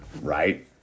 Right